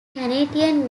canadian